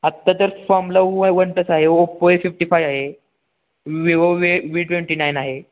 आत्ता तर फॉमला व वन प्लस आहे ओप्पो आहे फिफ्टी फाय आहे Vivo V V twenty nine आहे